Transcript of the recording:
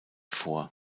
vor